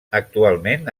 actualment